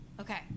Okay